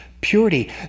purity